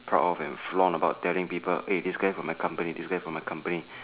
proud of and flaunt about telling people eh this guy from my company this guy from my company